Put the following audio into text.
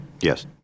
Yes